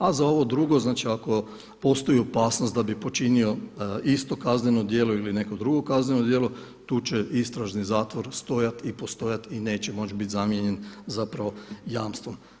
A za ovo drugo znači ako postoji opasnost da bi počinio isto kazneno djelo ili neko drugo kazneno djelo tu će istražni zatvor stajati i postojati i neće moći biti zamijenjen zapravo jamstvom.